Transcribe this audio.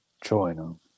join